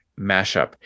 mashup